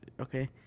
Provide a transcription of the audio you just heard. okay